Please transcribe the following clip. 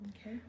Okay